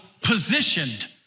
positioned